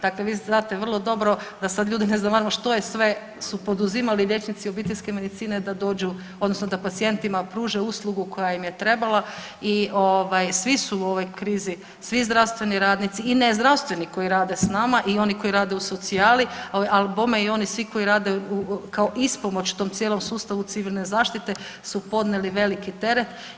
Dakle, vi znate vrlo dobro da sad ljudi ne znam što sve su poduzimali liječnici obiteljske medicine da dođu, odnosno da pacijentima pruže uslugu koja im je trebala i svi su u ovoj krizi, svi zdravstveni radnici i ne zdravstveni koji rade sa nama i oni koji rade u socijali, a bome i oni svi koji rade kao ispomoć tom cijelom sustavu civilne zaštite su podnijeli veliki teret.